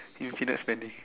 infinite spending